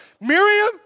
Miriam